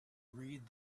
read